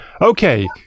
Okay